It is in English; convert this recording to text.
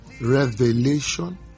Revelation